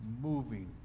moving